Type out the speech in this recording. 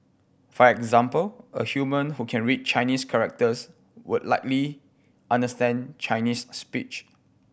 for example a human who can read Chinese characters would likely understand Chinese speech